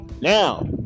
Now